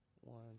One